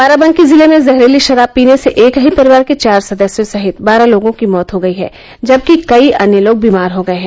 बाराबंकी जिले में जहरीली शराब पीने से एक ही परिवार के चार सदस्यों सहित बारह लोगों की मौत हो गई है जबकि कई अन्य लोग बीमार हो गये हैं